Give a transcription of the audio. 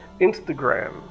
Instagram